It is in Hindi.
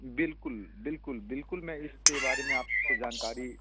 बिल्कुल बिल्कुल बिल्कुल मैं इसके बारे में आप से जानकारी